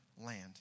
land